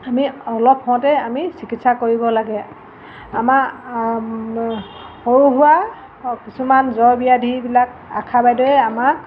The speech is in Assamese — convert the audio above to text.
আমি অলপ হওঁতেই আমি চিকিৎসা কৰিব লাগে আমাৰ সৰু সুৰা কিছুমান জ্বৰ ব্যাধিবিলাক আশা বাইদেৱে আমাক